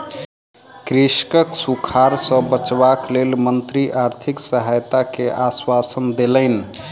कृषकक सूखाड़ सॅ बचावक लेल मंत्री आर्थिक सहायता के आश्वासन देलैन